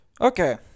Okay